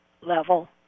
level